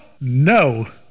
no